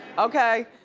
okay?